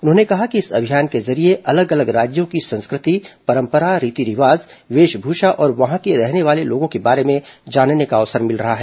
उन्होंने कहा कि इस अभियान के जरिये अलग अलग राज्यों की संस्कृति परंपरा रीति रिवाज वेशभूषा और वहां के रहने वाले लोगों के बारे में जानने का अवसर मिल रहा है